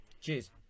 Cheers